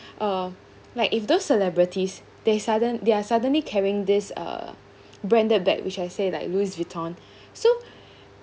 uh like if those celebrities they sudden they're suddenly carrying this uh branded bag which I say like louis vuitton so